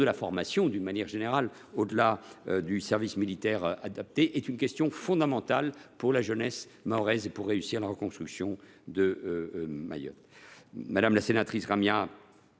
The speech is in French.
La formation, au delà du service militaire adapté, est une question fondamentale pour la jeunesse mahoraise et pour réussir la reconstruction de Mayotte.